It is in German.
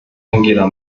angela